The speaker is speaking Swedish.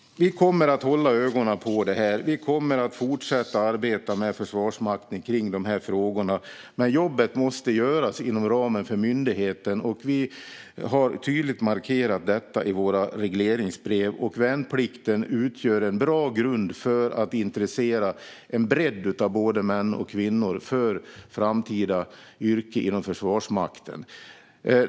Vi kommer att hålla ögonen på detta, och vi kommer att fortsätta arbeta med dessa frågor tillsammans med Försvarsmakten. Men jobbet måste göras inom ramen för myndigheten. Vi har tydligt markerat detta i regleringsbreven. Värnplikten utgör en bra grund för att intressera en bredd av både män och kvinnor för ett framtida yrke inom Försvarsmakten.